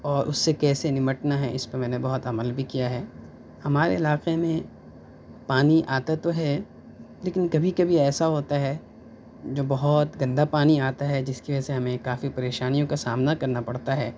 اور اس سے کیسے نمٹنا ہے اس پہ میں نے بہت عمل بھی کیا ہے ہمارے علاقے میں پانی آتا تو ہے لیکن کبھی کبھی ایسا ہوتا ہے جو بہت گندا پانی آتا ہے جس کی وجہ سے ہمیں کافی پریشانیوں کا سامنا کرنا پڑتا ہے